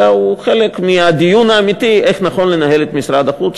אלא הוא חלק מהדיון האמיתי איך נכון לנהל את משרד החוץ,